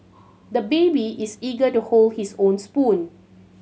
the baby is eager to hold his own spoon